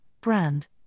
brand